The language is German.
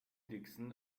dixon